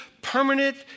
permanent